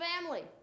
family